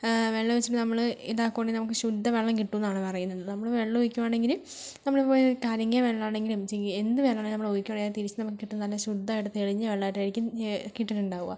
വെള്ളമൊഴിച്ചിട്ട് നമ്മള് ഇതാക്കുവാണെങ്കിൽ നമുക്ക് ശുദ്ധ വെള്ളം കിട്ടുന്നതാണ് പറയുന്നത് നമ്മള് വെള്ളമൊഴിക്കുവാണെങ്കില് നമ്മള് ഇപ്പം കലങ്ങിയ വെള്ളാണെങ്കിലും ചീ എന്ത് വെള്ളാണേലും നമ്മള് ഒഴിക്കുവാണേല് തിരിച്ച് നമുക്ക് കിട്ടുന്നത് നല്ല ശുദ്ധായിട്ട് തെളിഞ്ഞ വെള്ളായിട്ടായിരിക്കും കിട്ടനൊണ്ടാവുക